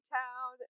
town